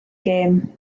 gêm